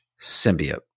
symbiote